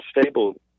stable